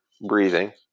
breathing